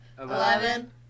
Eleven